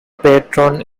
patron